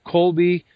Colby